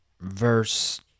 Verse